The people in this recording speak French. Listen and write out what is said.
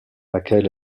laquelle